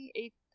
eight